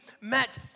met